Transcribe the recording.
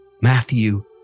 Matthew